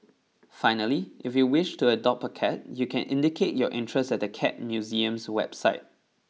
finally if you wish to adopt a cat you can indicate your interest at the Cat Museum's website